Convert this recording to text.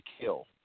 kill